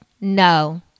No